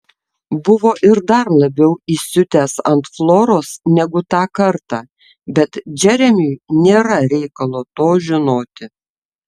buvo ir dar labiau įsiutęs ant floros negu tą kartą bet džeremiui nėra reikalo to žinoti